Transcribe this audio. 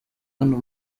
hano